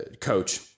coach